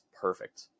perfect